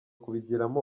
kubigiramo